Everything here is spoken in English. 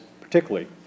particularly